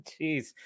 Jeez